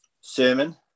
Sermon